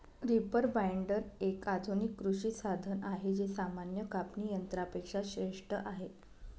reaper binder, एक आधुनिक कृषी साधन आहे जे सामान्य कापणी यंत्रा पेक्षा श्रेष्ठ आहे